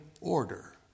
order